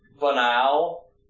banal